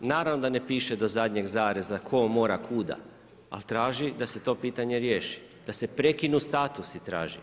Naravno da ne piše do zadnjeg zareza tko mora kuda, ali traži da se to pitanje riješi, da se prekinu statusi traži.